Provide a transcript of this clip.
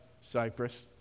Cyprus